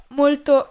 molto